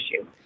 issue